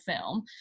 film